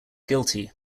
guilty